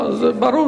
לא, זה ברור.